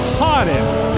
hottest